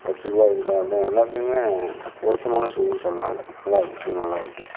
ஃப்ளக்ஸபிலாக இருக்கிறதாகட்டும் எல்லாத்துக்குமே பொருத்தமான ஷூன்னு சொல்லலாம் அதை நல்லா இருக்குது ஷூ நல்லா இருக்குது